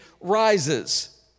rises